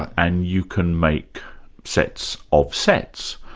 and you can make sets of sets.